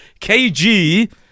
KG